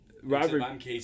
Robert